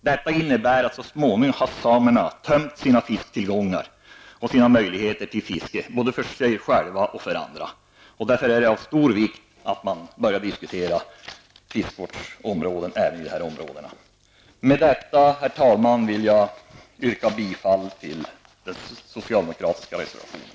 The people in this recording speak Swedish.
Det innebär att samerna så småningom kommer att ha tömt sina fisketillgångar och möjligheterna till fiske både för sig själva och för andra. Därför är det av stor vikt att man börjar diskutera fiskevårdsområden även i de här trakterna. Med detta, herr talman, vill jag yrka bifall till den socialdemokratiska reservationen.